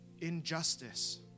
injustice